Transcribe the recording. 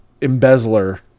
embezzler